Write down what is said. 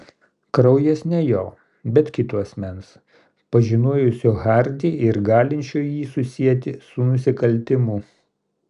kraujas ne jo bet kito asmens pažinojusio hardį ir galinčio jį susieti su nusikaltimu